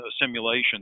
simulation